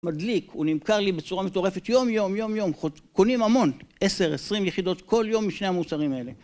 מדליק, הוא נמכר לי בצורה מטורפת, יום יום יום יום, קונים המון, עשר, עשרים יחידות, כל יום משני המוצרים האלה